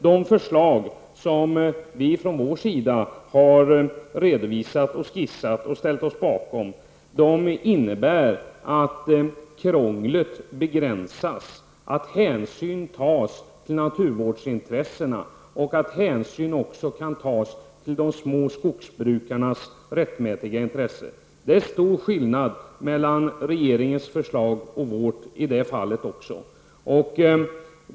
De förslag vi från vår sida redovisat och ställt oss bakom innebär att krånglet begränsas, att hänsyn tas till naturvårdsintressena och att hänsyn också kan tas till de små skogsbrukarnas rättmätiga intressen. Det är stor skillnad mellan regeringens förslag och vårt också i det fallet.